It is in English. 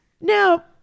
Now